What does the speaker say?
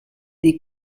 des